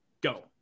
go